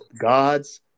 God's